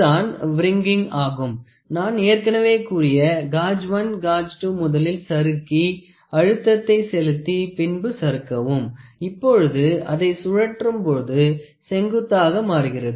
இதுதான் வ்ரிங்கிங் ஆகும் நான் ஏற்கனவே கூறிய காஜ் 1 காஜ் 2 முதலில் சறுக்கி அழுத்தத்தை செலுத்தி பின்பு சறுக்கவும் இப்பொழுது அதை சுழற்றும் போது செங்குத்தாக மாறுகிறது